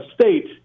State